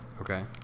Okay